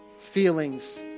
feelings